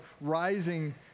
rising